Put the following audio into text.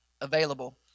available